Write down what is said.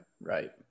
Right